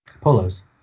Polos